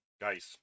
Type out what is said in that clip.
guys